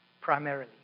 Primarily